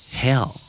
hell